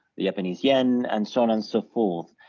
japanese yen and so on and so forth,